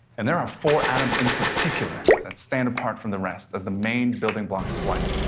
and there are four atoms in particular that stand apart from the rest as the main building blocks of life,